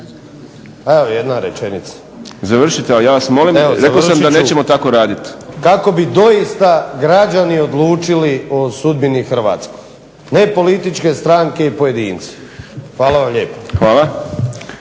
Boris (SDP)** Završite, ali ja vas molim, rekao sam da nećemo tako raditi. **Vinković, Zoran (HDSSB)** Kako bi doista građani odlučili o sudbini Hrvatskoj ne političke stranke i pojedinci. Hvala vam lijepo.